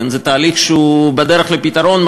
זה תהליך שהוא בדרך לפתרון,